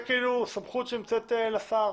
כאילו סמכות של השר.